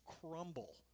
crumble